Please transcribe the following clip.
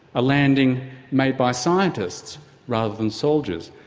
a landing made by scientists rather than soldiers,